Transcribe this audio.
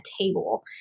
table